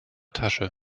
tasche